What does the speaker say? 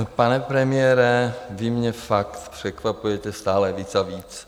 Pane premiére, vy mě fakt překvapujete stále víc a víc.